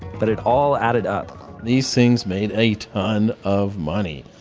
but it all added up these things made a ton of money.